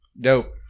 Dope